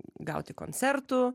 gauti koncertų